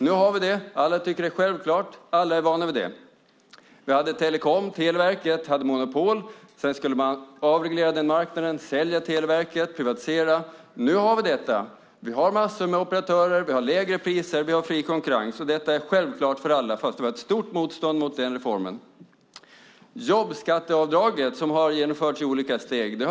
Nu har vi detta. Alla tycker att det är självklart. Alla är vana vid det. Vi hade telekom. Televerket hade monopol. Sedan skulle man avreglera den marknaden, sälja Televerket och privatisera. Nu har vi detta. Vi har massor med operatörer. Vi har lägre priser. Vi har fri konkurrens. Detta är självklart för alla, fast det var ett stort motstånd mot den reformen. Jobbskatteavdraget har genomförts i olika steg.